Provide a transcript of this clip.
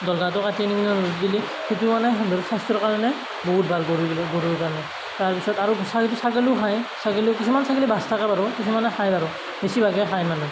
দল ঘাঁহটো কাটি আনি আৰু ৰ'দত দিলে সেইটো মানে হেঁতৰ স্ৱাস্থ্যৰ কাৰণে বহুত ভাল গৰুগিলাক গৰুৰ কাৰণে তাৰপিছত আৰু ছাগ ছাগলীয়েও খায় ছাগলী কিছুমান ছাগলীৰ বাচি থাকে বাৰু কিছুমানে খাই বাৰু বেছিভাগে খাই মানে